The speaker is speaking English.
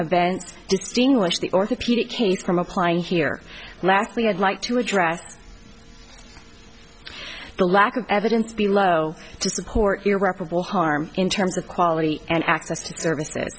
event distinguish the orthopedic case from applying here lastly i'd like to address the lack of evidence below to support irreparable harm in terms of quality and access to services